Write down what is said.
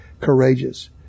courageous